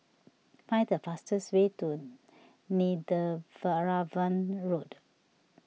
find the fastest way to Netheravon Road